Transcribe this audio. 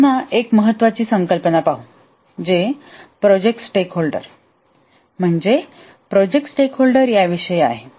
आता पुन्हा एक महत्वाची संकल्पना पाहू जे प्रोजेक्ट स्टेकहोल्डर म्हणजे प्रोजेक्ट स्टेकहोल्डर यांविषयी आहे